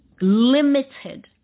limited